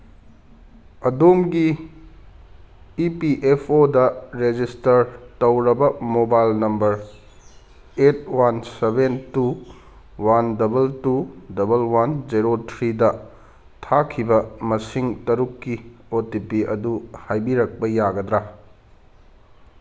ꯑꯗꯣꯝꯒꯤ E P F O register ꯇꯧꯔꯕ mobile number eight one seven two one double two double one zero ꯊ꯭ꯔꯤꯗ ꯊꯥꯈꯤꯕ ꯃꯁꯤꯡ ꯇꯔꯨꯛꯀꯤ ꯑꯣ ꯇꯤ ꯄꯤ ꯑꯗꯨ ꯍꯥꯏꯕꯤꯔꯛꯄ ꯌꯥꯒꯗ꯭ꯔꯥ